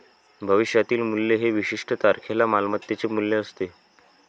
भविष्यातील मूल्य हे विशिष्ट तारखेला मालमत्तेचे मूल्य असते